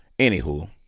Anywho